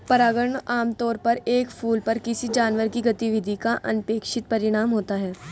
परागण आमतौर पर एक फूल पर किसी जानवर की गतिविधि का अनपेक्षित परिणाम होता है